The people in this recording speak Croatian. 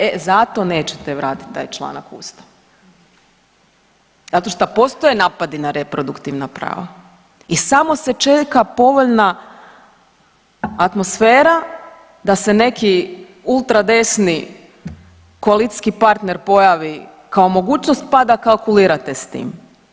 E zato nećete vratiti taj članak u Ustav, zato što postoje napadi na reproduktivna prava i samo se čeka povoljna atmosfera da se neki ultra desni koalicijski partner pojavi kao mogućnost pada kalkulirate s tim.